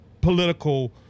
political